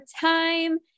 Time